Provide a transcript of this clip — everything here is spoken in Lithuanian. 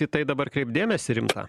į tai dabar kreipt dėmesį rimtą